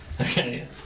Okay